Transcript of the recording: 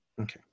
Okay